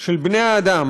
של בני האדם,